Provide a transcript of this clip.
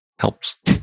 helps